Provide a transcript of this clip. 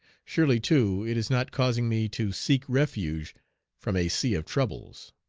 surely, too, it is not causing me to seek refuge from a sea of troubles.